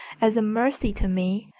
as a mercy to me.